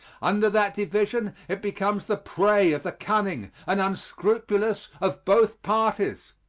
under that division it becomes the prey of the cunning and unscrupulous of both parties.